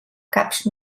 caps